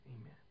Amen